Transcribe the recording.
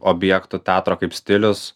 objektų teatro kaip stilius